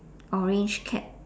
orange cap